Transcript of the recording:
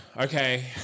Okay